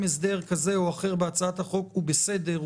הסדר כזה או אחר בהצעת החוק הוא בסדר,